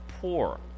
poor